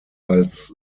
als